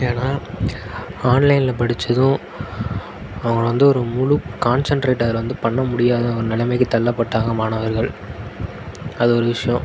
ஏனால் ஆன்லைனில் படித்ததும் அவன் வந்து ஒரு முழு கான்சன்ட்ரேட் வந்து பண்ண முடியாத ஒரு நிலமைக்கு தள்ளப்பட்டாங்க மாணவர்கள் அது ஒரு விஷயோம்